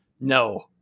no